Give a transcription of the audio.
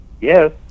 yes